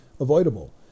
avoidable